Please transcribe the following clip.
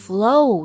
Flow